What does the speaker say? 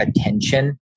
attention